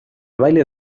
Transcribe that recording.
baile